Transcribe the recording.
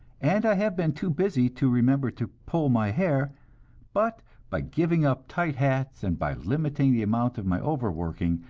and i have been too busy to remember to pull my hair but by giving up tight hats, and by limiting the amount of my overworking,